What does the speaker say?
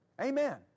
Amen